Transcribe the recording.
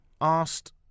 asked